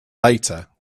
later